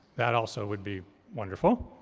that also would be wonderful.